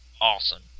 awesome